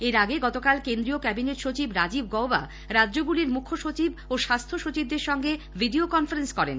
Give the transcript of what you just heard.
এর আগে গতকাল কেন্দ্রীয় ক্যাবিনেট সচিব রাজীব গৌবা রাজ্যগুলির মুখ্য সচিব ও স্বাস্হ্য সচিবদের সঙ্গে ভিডিও কনফারেন্স করেন